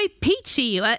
Peachy